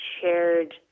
shared